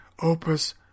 opus